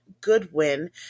Goodwin